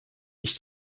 ich